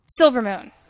Silvermoon